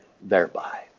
thereby